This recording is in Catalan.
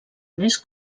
més